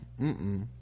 mm-mm